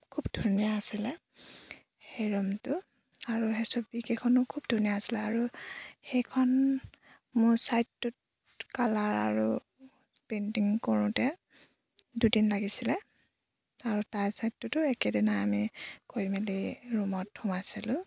খুব ধুনীয়া আছিলে সেই ৰুমটো আৰু সেই ছবিকেইখনো খুব ধুনীয়া আছিলে আৰু সেইখন মোৰ ছাইডটোত কালাৰ আৰু পেইণ্টিং কৰোঁতে দুদিন লাগিছিলে আৰু তাইৰ ছাইডটোতো একেদিনা আমি কৰি মেলি ৰুমত সোমাইছিলোঁ